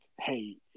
hey